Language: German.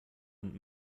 und